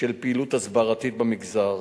של פעילות הסברתית במגזר,